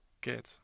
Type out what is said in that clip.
Good